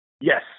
Yes